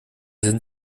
sind